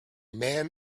man